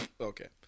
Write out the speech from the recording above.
Okay